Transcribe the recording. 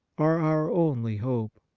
are our only hope.